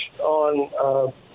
on